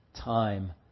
time